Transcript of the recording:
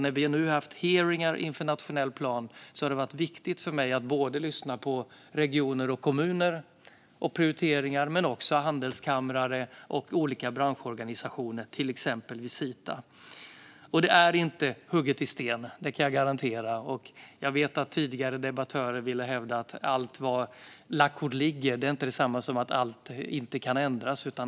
När vi har haft hearingar inför nationell plan har det varit viktigt för mig att lyssna på regioner och kommuner och höra om deras prioriteringar men också lyssna på handelskamrar och olika branschorganisationer, till exempel Visita. Detta är inte hugget i sten. Det kan jag garantera. Jag vet att tidigare debattörer velat hävda att det alltid är "lagt kort ligger". Det är inte detsamma som att inget kan ändras.